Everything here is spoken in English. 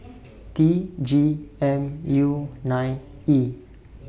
T G M U nine E